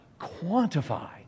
quantify